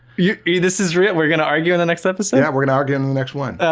yeah this is real. we're gonna argue in the next episode. we're gonna argue in in the next one. oh,